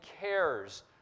cares